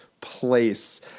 place